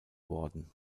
worden